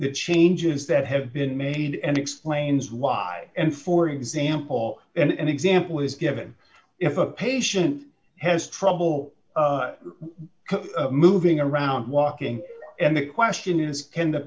the changes that have been made and explains why and for example and example is given if a patient has trouble moving around walking and the question is can the